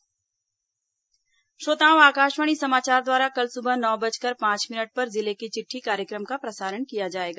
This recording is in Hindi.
जिले की चिट्ठी श्रोताओं आकाशवाणी समाचार द्वारा कल सुबह नौ बजकर पांच मिनट पर जिले की चिट्ठी कार्यक्रम का प्रसारण किया जाएगा